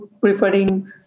preferring